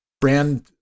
Brand